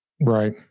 Right